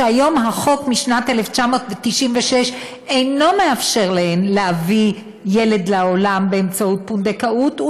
שהיום החוק משנת 1996 אינו מאפשר להן להביא ילד לעולם באמצעות פונדקאות,